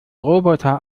roboter